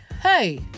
hey